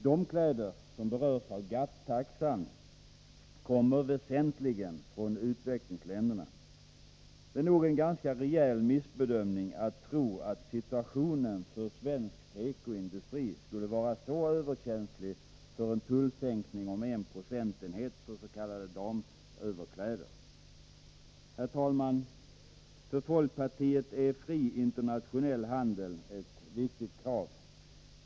De kläder som berörs av GATT-taxan kommer väsentligen från utvecklingsländerna. Det är nog en ganska rejäl missbedömning att tro att situationen för svensk tekoindustri skulle vara överkänslig för en tullsänkning om en procentenhet för s.k. damöverkläder. Herr talman! För folkpartiet är fri internationell handel ett viktigt krav.